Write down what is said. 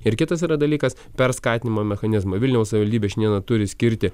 ir kitas yra dalykas per skatinimo mechanizmą vilniaus savivaldybė šiandieną turi skirti